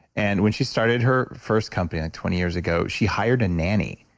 and when she started her first company, like twenty years ago, she hired a nanny.